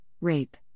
rape